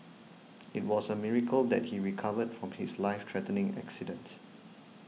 it was a miracle that he recovered from his life threatening accident